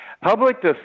public